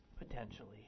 potentially